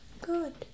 Good